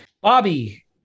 bobby